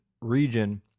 region